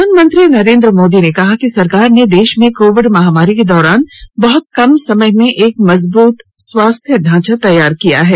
प्रधानमंत्री नरेंद्र मोदी ने कहा कि सरकार ने देश में कोविड महामारी के दौरान बहुत कम समय में एक मजबूत स्वास्थ्य ढांचा तैयार किया है